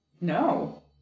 No